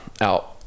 out